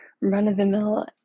run-of-the-mill